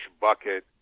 bucket